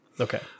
Okay